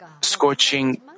scorching